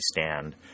stand